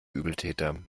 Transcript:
übeltäter